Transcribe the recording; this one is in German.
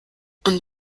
und